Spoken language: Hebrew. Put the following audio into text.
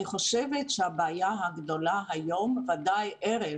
אני חושבת שהבעיה הגדולה היום, בוודאי ערב